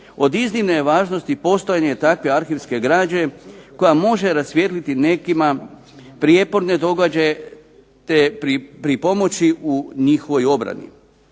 od iznimne je važnosti postojanje takve arhivske građe koja može rasvijetliti nekima prijeporne događaje te pripomoći u njihovoj obrani.